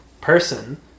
...person